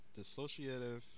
dissociative